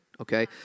Okay